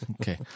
Okay